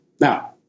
now